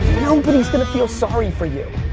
nobody's gonna feel sorry for you.